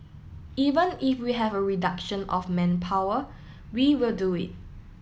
even if we have a reduction of manpower we will do it